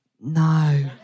no